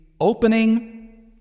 opening